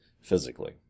physically